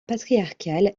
patriarcal